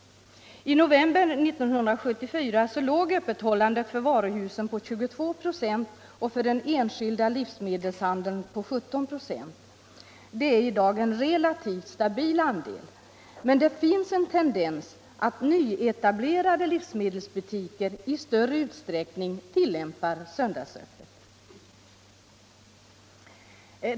I november 1974 var andelen varuhus med öppethållande på söndagar 22 "., och för den enskilda livsmedelshandeln var motsvarande siffra 17 ".. Det är i dag en relativt stabil andel, men det finns en tendens att nyetablerade livsmedelsbutiker i större utsträckning tillämpar söndagsöppet.